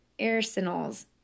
arsenals